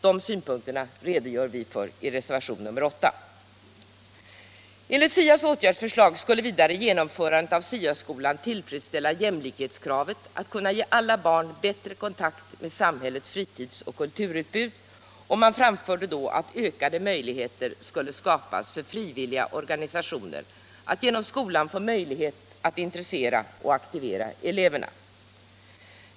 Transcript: Dessa synpunkter redogör vi för i reservationen 8. Enligt SIA:s åtgärdsförslag skulle genomförandet av SIA-skolan tillfredsställa jämlikhetskravet att kunna ge alla barn bättre kontakt med samhällets fritidsoch kulturutbud, och man framförde att ökade möjligheter skulle skapas för frivilliga organisationer att genom skolan få möjligheter att intressera och aktivera eleverna.